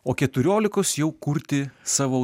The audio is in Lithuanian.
o keturiolikos jau kurti savo